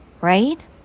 right